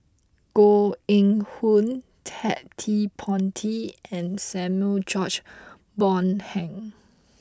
Koh Eng Hoon Ted De Ponti and Samuel George Bonham